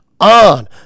on